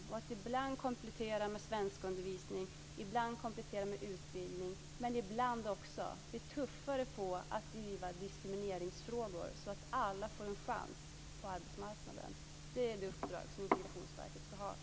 Ibland kan vi komplettera med svenskundervisning, ibland med utbildning, men ibland också bli tuffare på att driva diskrimineringsfrågor så att alla får en chans på arbetsmarknaden. Det är det uppdrag som Integrationsverket ska ha.